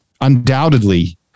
undoubtedly